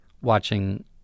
watching